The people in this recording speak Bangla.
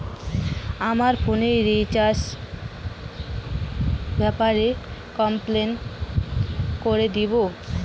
আমার ফোনে রিচার্জ এর ব্যাপারে রিচার্জ প্ল্যান কি করে দেখবো?